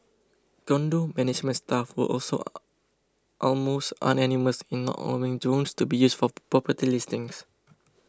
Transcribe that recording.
condo management staff were also almost unanimous in allowing drones to be used for property listings